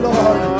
Lord